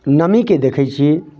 नमीके देखै छी